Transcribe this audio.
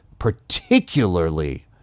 particularly